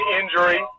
injury